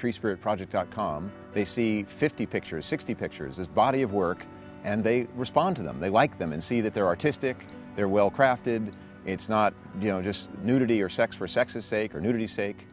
tree spirit project dot com they see fifty pictures sixty pictures as body of work and they respond to them they like them and see that they're artistic they're well crafted it's not you know just nudity or sex for sex's sake or neutered sake